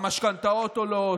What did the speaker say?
המשכנתאות עולות,